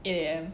eight A_M